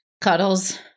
cuddles